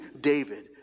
David